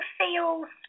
feels